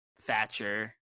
Thatcher